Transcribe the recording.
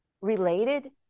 related